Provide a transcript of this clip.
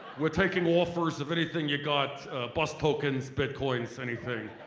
we're taking offers of anything you got bus tokens, bitcoins, anything.